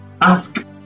ask